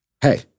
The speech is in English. Hey